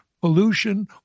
pollution